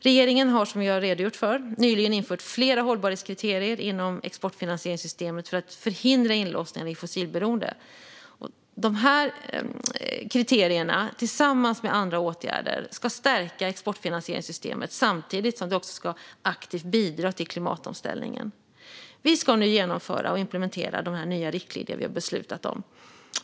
Regeringen har, som jag redogjort för, nyligen infört flera hållbarhetskriterier inom exportfinansieringssystemet för att förhindra inlåsningar i fossilberoende. Dessa kriterier tillsammans med andra åtgärder ska stärka exportfinansieringssystemet samtidigt som de också ska bidra aktivt till klimatomställningen. Vi ska nu genomföra och implementera de nya riktlinjer vi beslutat om.